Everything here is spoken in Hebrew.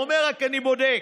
הוא אומר רק: אני בודק,